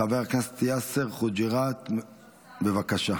חבר הכנסת יאסר חוג'יראת, בבקשה.